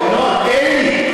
אין לי,